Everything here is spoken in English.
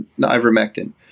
ivermectin